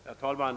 Herr talman!